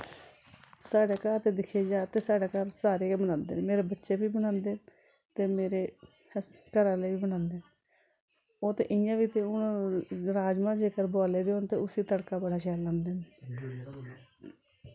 साढ़े घर ते दिक्खेआ जा ते साढ़े घर सारे गै बनांदे न मेरे बच्चे बी बनांदे न ते मेरे हस घरा आह्ले बी बनांदे ओह् ते इ'यां बी ते हून राजमाह् जेकर बोआले दे होन ते उस्सी तड़का बड़ा शैल लांदे न